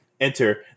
enter